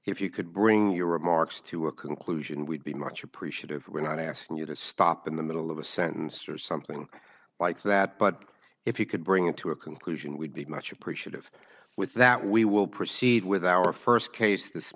if you could bring your remarks to a conclusion we'd be much appreciative we're not asking you to stop in the middle of a sentence or something like that but if you could bring it to a conclusion we'd be much appreciative with that we will proceed with our first case this